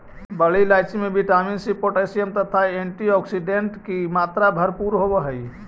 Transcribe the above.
बड़ी इलायची में विटामिन सी पोटैशियम तथा एंटीऑक्सीडेंट की मात्रा भरपूर होवअ हई